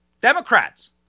Democrats